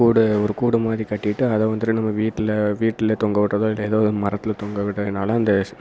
கூடு ஒரு கூடு மாதிரி கட்டிகிட்டு அதை வந்துட்டு நம்ம வீட்டில வீட்டில தொங்கவிடுறதோ இல்லை ஏதோ ஒரு மரத்தில் தொங்கவிடுறதுனால அந்த